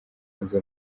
nzu